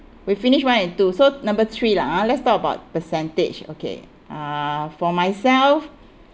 we finished one and two so number three lah ha let's talk about percentage okay uh for myself